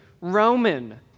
Roman